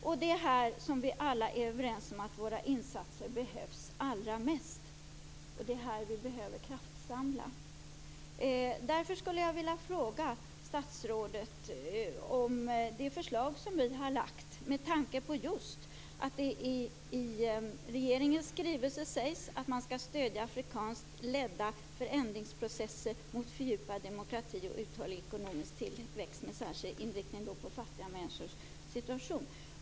Och det är här som vi alla är överens om att våra insatser behövs allra mest. Det är här vi behöver kraftsamla. Därför skulle jag vilja fråga statsrådet om det förslag som vi har lagt fram med tanke på att det i regeringens skrivelse sägs att man skall stödja afrikanskt ledda förändringsprocesser mot fördjupad demokrati och uthållig ekonomisk tillväxt med särskild inriktning på fattiga människors situation.